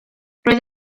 roedd